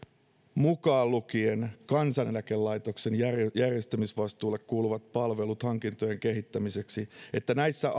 mukaan lukien kansaneläkelaitoksen järjestämisvastuulle kuuluvat palvelut hankintojen kehittämiseksi niin näissä